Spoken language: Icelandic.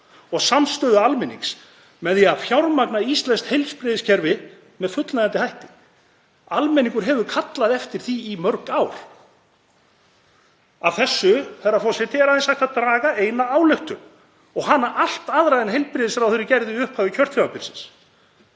og samstöðu almennings með því að fjármagna íslenskt heilbrigðiskerfi með fullnægjandi hætti. Almenningur hefur kallað eftir því í mörg ár. Af þessu, herra forseti, er aðeins hægt að draga eina ályktun og hana allt aðra en heilbrigðisráðherra gerði í upphafi kjörtímabilsins.